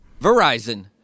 Verizon